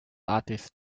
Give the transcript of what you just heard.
artist